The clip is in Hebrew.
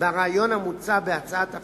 ברעיון המוצע בהצעת החוק,